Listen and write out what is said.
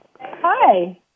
Hi